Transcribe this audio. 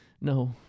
no